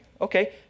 Okay